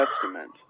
Testament